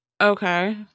okay